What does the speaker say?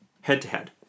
head-to-head